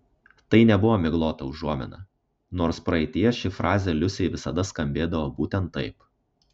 tai nebuvo miglota užuomina nors praeityje ši frazė liusei visada skambėdavo būtent taip